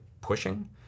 pushing